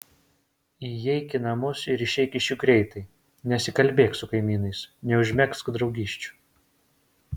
įeik į namus ir išeik iš jų greitai nesikalbėk su kaimynais neužmegzk draugysčių